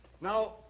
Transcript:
Now